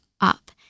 up